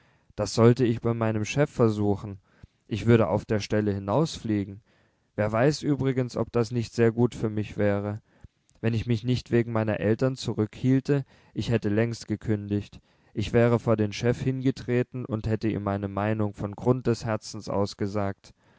das sollte ich bei meinem chef versuchen ich würde auf der stelle hinausfliegen wer weiß übrigens ob das nicht sehr gut für mich wäre wenn ich mich nicht wegen meiner eltern zurückhielte ich hätte längst gekündigt ich wäre vor den chef hingetreten und hätte ihm meine meinung von grund des herzens aus